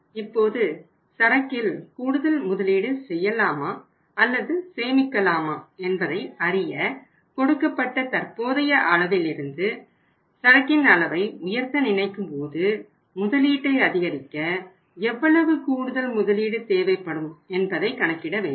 இப்போது சரக்கில் கூடுதல் முதலீடு செய்யலாமா அல்லது சேமிக்கலாமா என்பதை அறிய கொடுக்கப்பட்ட தற்போதைய அளவிலிருந்து சரக்கின் அளவை உயர்த்த நினைக்கும்போது முதலீட்டை அதிகரிக்க எவ்வளவு கூடுதல் முதலீடு தேவைப்படும் என்பதை கணக்கிட வேண்டும்